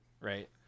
right